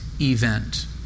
event